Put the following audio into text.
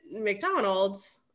McDonald's